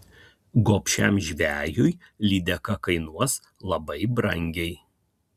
gobšiam žvejui lydeka kainuos labai brangiai